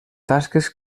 tasques